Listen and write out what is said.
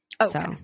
Okay